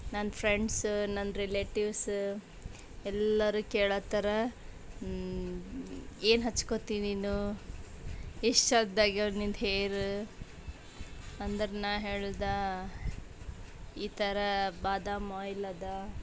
ನನ್ನ ಫ್ರೆಂಡ್ಸ ನನ್ನ ರಿಲೇಟಿವ್ಸ ಎಲ್ಲರೂ ಕೇಳಾತ್ತಾರ ಏನು ಹಚ್ಕೊಳ್ತಿ ನೀನು ಎಷ್ಟು ನಿನ್ನ ಹೇರ ಅಂದರೆ ನಾನು ಹೇಳಿದ ಈ ಥರ ಬಾದಾಮ್ ಆಯ್ಲದ